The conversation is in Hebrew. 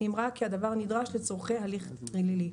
אם ראה כי הדבר נדרש לצורכי הליך פלילי".